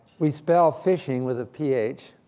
we spell phishing with a p h,